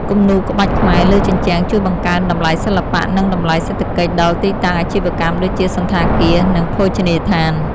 គំនូរក្បាច់ខ្មែរលើជញ្ជាំងជួយបង្កើនតម្លៃសិល្បៈ និងតម្លៃសេដ្ឋកិច្ចដល់ទីតាំងអាជីវកម្មដូចជា សណ្ឋាគារ និងភោជនីយដ្ឋាន។